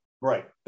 Right